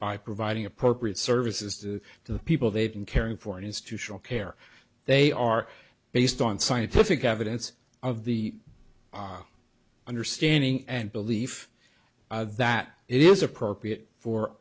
by providing appropriate services to the people they've been caring for institutional care they are based on scientific evidence of the understanding and belief that it is appropriate for